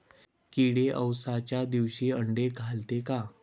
किडे अवसच्या दिवशी आंडे घालते का?